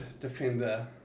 defender